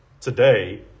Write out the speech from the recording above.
Today